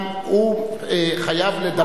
הוא חייב לדבר,